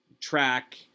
track